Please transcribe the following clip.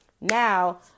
Now